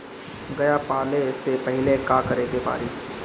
गया पाले से पहिले का करे के पारी?